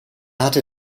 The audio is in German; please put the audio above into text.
hatte